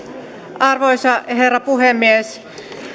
arvoisa herra puhemies